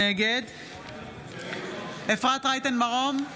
נגד אפרת רייטן מרום,